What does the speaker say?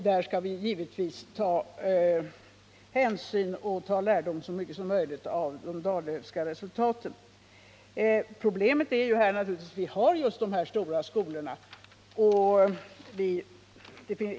Däri skall vi givetvis så mycket som möjligt ta hänsyn till och lärdom av de Dahllöfska resultaten. Problemet är naturligtvis att vi har de mycket stora skolorna.